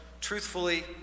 truthfully